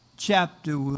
Chapter